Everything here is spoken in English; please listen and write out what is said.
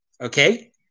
Okay